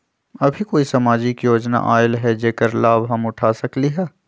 अभी कोई सामाजिक योजना आयल है जेकर लाभ हम उठा सकली ह?